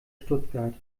stuttgart